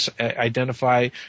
identify